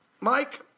Mike